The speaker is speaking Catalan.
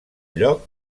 lloc